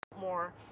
more